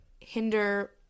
hinder